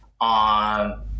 on